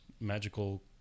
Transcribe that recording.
magical